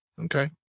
okay